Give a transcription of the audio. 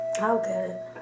Okay